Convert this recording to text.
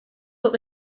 but